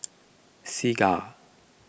Segar